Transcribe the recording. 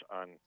on